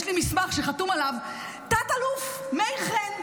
יש לי מסמך שחתום עליו תא"ל מאיר חן.